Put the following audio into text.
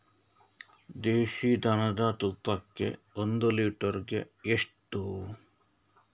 ದೇಸಿ ದನದ ತುಪ್ಪಕ್ಕೆ ಒಂದು ಲೀಟರ್ಗೆ ಎಷ್ಟು?